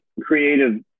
creative